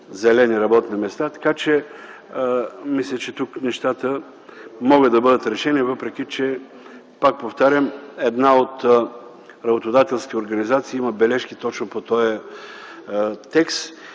зелени работни места, така че мисля, че тук нещата могат да бъдат решени, въпреки че, пак повтарям, една от работодателските организации има бележки точно по този текст.